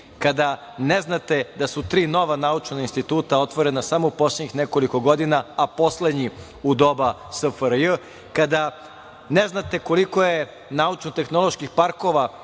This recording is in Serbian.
kada ne znate da su tri nova naučna instituta otvorena samo u poslednjih nekoliko godina, a poslednji u doba SFRJ, kada ne znate koliko je naučno-tehnoloških parkova